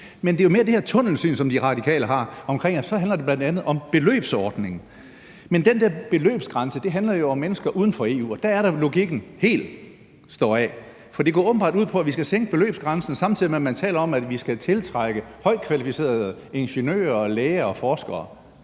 Men det er mere det her tunnelsyn, som De Radikale har, hvor det bl.a. handler om beløbsgrænsen, men beløbsgrænsen handler jo om mennesker uden for EU. Det er her, logikken helt står af, for det går åbenbart ud på, at vi skal sænke beløbsgrænsen, samtidig med at man taler om, at vi skal tiltrække højtkvalificerede ingeniører, læger og forskere.